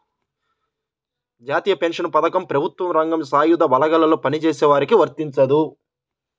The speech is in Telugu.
జాతీయ పెన్షన్ పథకం ప్రభుత్వ రంగం, సాయుధ బలగాల్లో పనిచేసే వారికి వర్తించదు